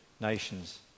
nations